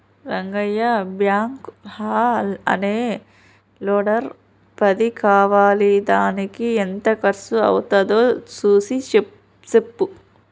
Rangayya backhoe అనే లోడర్ల పది కావాలిదానికి ఎంత కర్సు అవ్వుతాదో సూసి సెప్పు